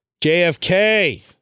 JFK